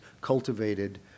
cultivated